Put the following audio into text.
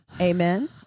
amen